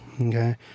okay